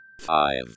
five